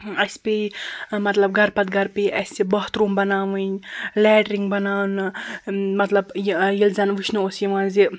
اسہِ پیٚیہِ مطلب گَرٕ پَتہٕ گَرٕ پیٚیہِ اسہِ باتھروم بناوٕنۍ لیٚٹرِن بناونہٕ مطلب ییٚلہِ زَنہٕ وُچھنہٕ اوس یِوان زِ